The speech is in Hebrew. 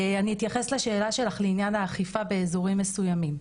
אני אתייחס לשאלה שלך לעניין האכיפה באזורים מסוימים.